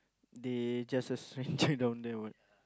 they just a stranger down there [what]